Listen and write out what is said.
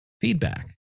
feedback